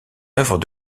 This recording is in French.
œuvre